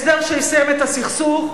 הסדר שיסיים את הסכסוך,